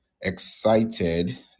excited